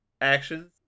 actions